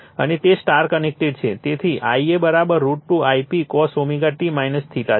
તેથી Ia √ 2 Ip cos t છે